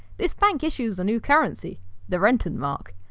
this bank issues a new currency the rentenmark.